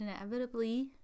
inevitably